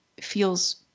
feels